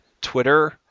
Twitter